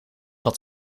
wat